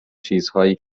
چیزهایی